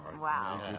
Wow